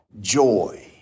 joy